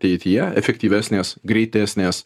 teityje efektyvesnės greitesnės